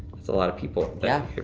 that's a lot of people. yeah.